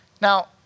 Now